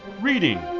reading